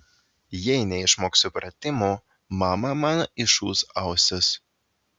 jei neišmoksiu pratimų mama man išūš ausis